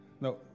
No